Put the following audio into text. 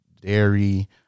dairy